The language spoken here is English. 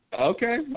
Okay